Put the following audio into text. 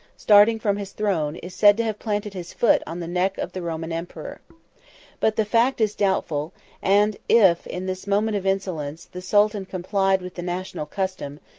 starting from his throne, is said to have planted his foot on the neck of the roman emperor but the fact is doubtful and if, in this moment of insolence, the sultan complied with the national custom,